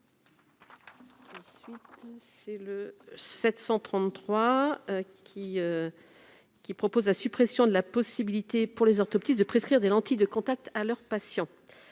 n° 733 a pour objet la suppression de la possibilité pour les orthoptistes de prescrire des lentilles de contact à leurs patients.